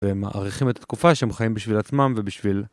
ומעריכים את התקופה שהם חיים בשביל עצמם ובשביל...